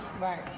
Right